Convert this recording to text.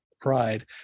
pride